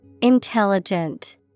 Intelligent